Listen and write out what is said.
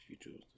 Future